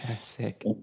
sick